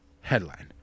headline